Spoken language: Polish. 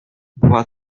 była